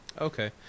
Okay